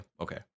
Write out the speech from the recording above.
okay